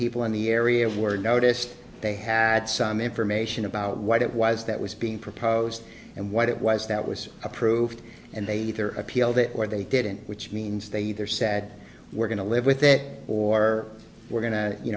people in the area were noticed they had some information about what it was that was being proposed and what it was that was approved and they either appealed it or they didn't which means they either said we're going to live with it or we're